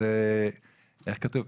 איך כתוב?